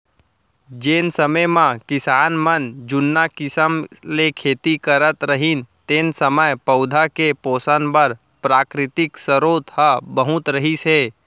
जेन समे म किसान मन जुन्ना किसम ले खेती करत रहिन तेन समय पउधा के पोसन बर प्राकृतिक सरोत ह बहुत रहिस हे